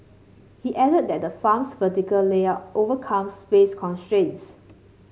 he added that the farm's vertical layout overcome space constraints